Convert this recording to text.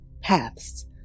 paths